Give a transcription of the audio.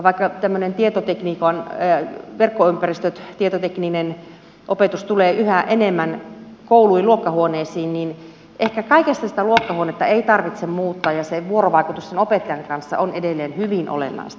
vaikka verkko ympäristöt tietotekninen opetus tulee yhä enemmän kouluihin luokkahuoneisiin niin ehkä kaikesta sitä luokkahuonetta ei tarvitse muuttaa ja se vuorovaikutus sen opettajan kanssa on edelleen hyvin olennaista